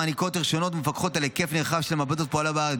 המעניקה רישיונות ומפקחת על היקף נרחב של מעבדות הפועלות בארץ.